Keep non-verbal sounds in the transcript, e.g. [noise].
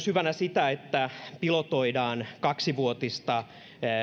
[unintelligible] hyvänä myös sitä että pilotoidaan kaksivuotista